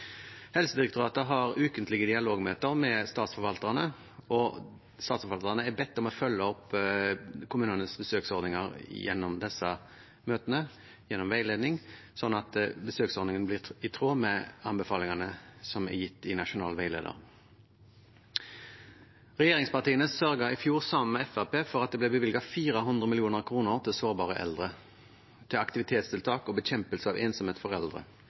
Helsedirektoratet har ukentlige dialogmøter med statsforvalterne, og statsforvalterne er bedt om å følge opp kommunenes besøksordninger gjennom disse møtene og gjennom veiledning, sånn at besøksordningen blir i tråd med anbefalingene som er gitt i nasjonal veileder. Regjeringspartiene sørget i fjor sammen med Fremskrittspartiet for at det ble bevilget 400 mill. kr til sårbare eldre, til aktivitetstiltak og bekjempelse av ensomhet